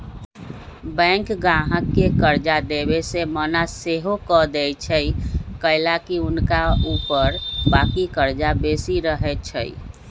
bank गाहक के कर्जा देबऐ से मना सएहो कऽ देएय छइ कएलाकि हुनका ऊपर बाकी कर्जा बेशी रहै छइ